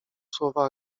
słowa